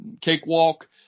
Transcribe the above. cakewalk